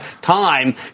time